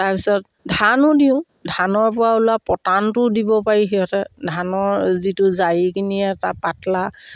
তাৰপিছত ধানো দিওঁ ধানৰ পৰা ওলোৱা পটানটোও দিব পাৰি সিহঁতে ধানৰ যিটো জাৰি কিনিয়ে এটা পাতলা